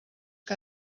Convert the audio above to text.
que